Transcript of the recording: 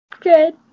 Good